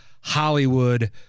Hollywood